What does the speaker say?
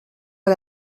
pas